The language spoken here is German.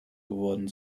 geworden